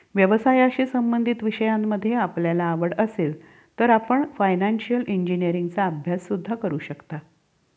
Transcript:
व्यवसायाशी संबंधित विषयांमध्ये आपल्याला आवड असेल तर आपण फायनान्शिअल इंजिनीअरिंगचा अभ्यास सुद्धा करू शकता